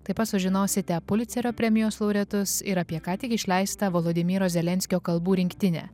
taip pat sužinosite pulicerio premijos laureatus ir apie ką tik išleistą vladimiro zelenskio kalbų rinktinę